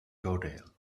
yodel